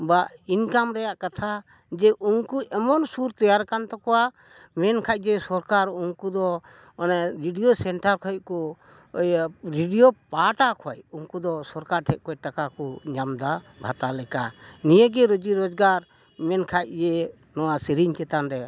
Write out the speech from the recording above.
ᱵᱟ ᱤᱱᱠᱟᱢ ᱨᱮᱭᱟᱜ ᱠᱟᱛᱷᱟ ᱡᱮ ᱩᱱᱠᱩ ᱮᱢᱚᱱ ᱥᱩᱨ ᱛᱮᱭᱟᱨ ᱟᱠᱟᱱ ᱛᱟᱠᱚᱣᱟ ᱢᱮᱱᱠᱷᱟᱡ ᱡᱮ ᱥᱚᱨᱠᱟᱨ ᱩᱱᱠᱩ ᱫᱚ ᱚᱱᱮ ᱨᱮᱰᱤᱭᱳ ᱥᱮᱱᱴᱟᱨ ᱠᱷᱚᱱ ᱠᱚ ᱤᱭᱟᱹ ᱨᱮᱰᱤᱭᱳ ᱯᱟᱦᱴᱟ ᱠᱷᱚᱡ ᱩᱱᱠᱩ ᱫᱚ ᱥᱚᱨᱠᱟᱨ ᱴᱷᱮᱡ ᱠᱷᱚᱡ ᱴᱟᱠᱟ ᱠᱚ ᱧᱟᱢᱫᱟ ᱵᱷᱟᱛᱟ ᱞᱮᱠᱟ ᱱᱤᱭᱟᱹᱜᱮ ᱨᱳᱡᱤ ᱨᱚᱡᱽᱜᱟᱨ ᱢᱮᱱᱠᱷᱟᱡ ᱤᱭᱟᱹᱭᱮᱫ ᱱᱚᱣᱟ ᱥᱮᱨᱮᱧ ᱪᱮᱛᱟᱱ ᱨᱮ